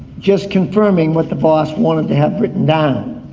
just confirming what the boss wanted to have written down.